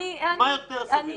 מה יותר סביר?